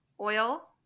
oil